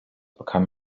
bekam